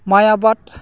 माइ आबाद